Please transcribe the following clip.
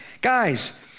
Guys